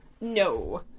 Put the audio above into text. No